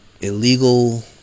illegal